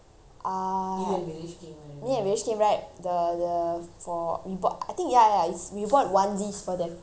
me and viresh came right the the for we bought I think ya ya its we bought onesies for them the kids it was their birthday